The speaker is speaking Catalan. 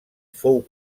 fou